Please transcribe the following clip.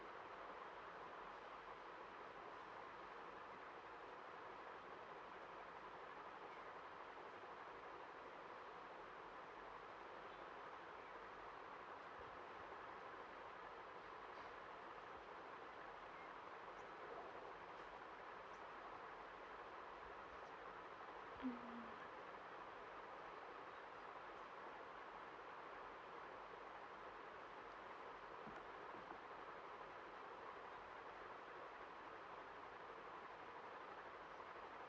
mm